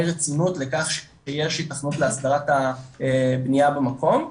רצינות לכך שיש היתכנות להסדרת בנייה במקום,